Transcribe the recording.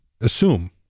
assume